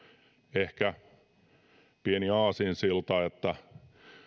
ehkä pieni aasinsilta että